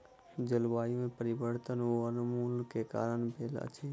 जलवायु में परिवर्तन वनोन्मूलन के कारण भेल अछि